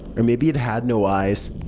or maybe it had no eyes.